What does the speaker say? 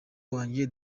wanjye